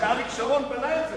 אריק שרון בנה את זה.